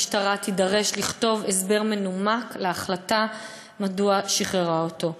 המשטרה תידרש לכתוב הסבר מנומק להחלטתה לשחרר אותו.